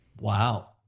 Wow